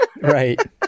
Right